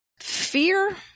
fear